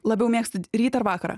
labiau mėgstat rytą ar vakarą